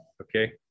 okay